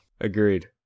Agreed